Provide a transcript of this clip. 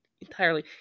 entirely